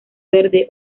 verde